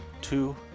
two